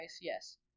yes